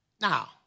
Now